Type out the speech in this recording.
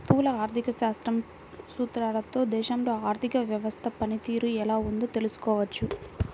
స్థూల ఆర్థిక శాస్త్రం సూత్రాలతో దేశంలో ఆర్థిక వ్యవస్థ పనితీరు ఎలా ఉందో తెలుసుకోవచ్చు